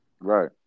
Right